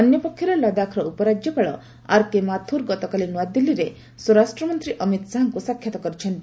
ଅନ୍ୟ ପକ୍ଷରେ ଲଦାଖର ଉପରାଜ୍ୟପାଳ ଆର୍କେ ମାଥୁର ଗତକାଲି ନୂଆଦିଲ୍ଲୀଠାରେ ସ୍ୱରାଷ୍ଟ୍ର ମନ୍ତ୍ରୀ ଅମିତ ଶାହାଙ୍କୁ ସାକ୍ଷାତ କରିଛନ୍ତି